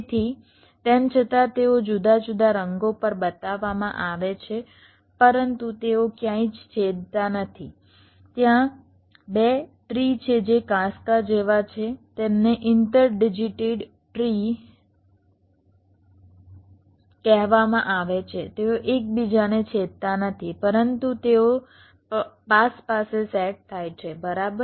તેથી તેમ છતાં તેઓ જુદા જુદા રંગો પર બતાવવામાં આવે છે પરંતુ તેઓ ક્યાંય છેદતા નથી ત્યાં બે ટ્રી છે જે કાંસકાં જેવા છે તેમને ઇન્ટર ડિજિટેટેડ ટ્રી કહેવામાં આવે છે તેઓ એકબીજાને છેદતા નથી પરંતુ તેઓ પાસપાસે સેટ થાય છે બરાબર